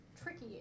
tricky